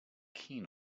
keen